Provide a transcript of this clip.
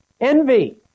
envy